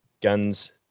guns